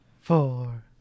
four